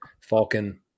Falcon